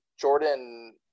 Jordan